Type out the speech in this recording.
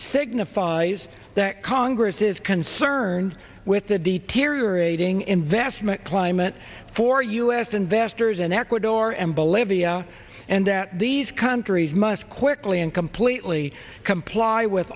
signifies that congress is concerned with that the terror it ing investment climate for us investors in ecuador and bolivia and that these countries must quickly and completely comply with